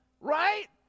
right